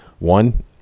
one